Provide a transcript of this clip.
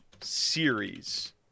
series